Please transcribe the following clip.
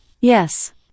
yes